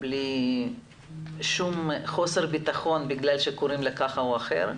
בלי שום חוסר ביטחון מכיוון שקוראים להם כך או אחרת.